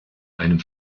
einem